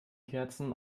kerzen